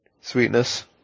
Sweetness